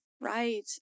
Right